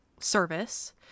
service